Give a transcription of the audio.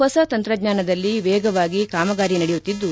ಹೊಸ ತಂತ್ರಜ್ವಾನದಲ್ಲಿ ವೇಗವಾಗಿ ಕಾಮಗಾರಿ ನಡೆಯುತ್ತಿದ್ದು